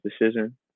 decision